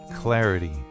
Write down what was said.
clarity